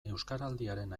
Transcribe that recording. euskaraldiaren